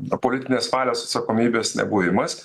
na politinės valios atsakomybės nebuvimas